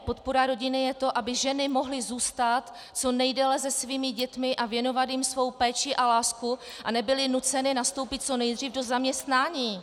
Podpora rodiny je to, aby ženy mohly zůstat co nejdéle se svými dětmi a věnovat jim svou péči a lásku a nebyly nuceny nastoupit o nejdříve do zaměstnání.